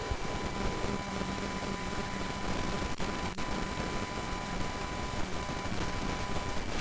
राष्ट्रीय ग्रामीण आजीविका मिशन गरीबों की आजीविका में सुधार के लिए दुनिया की सबसे बड़ी पहलों में से एक है